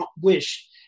wish